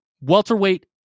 welterweight